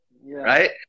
right